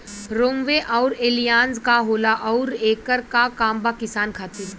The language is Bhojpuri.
रोम्वे आउर एलियान्ज का होला आउरएकर का काम बा किसान खातिर?